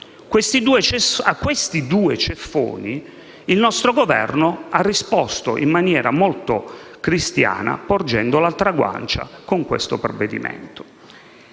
A questi due ceffoni il nostro Governo ha risposto in maniera molto cristiana, porgendo l'altra guancia con il testo di